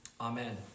amen